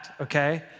Okay